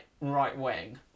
right-wing